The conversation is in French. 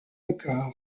record